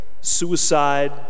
suicide